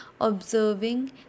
observing